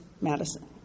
Madison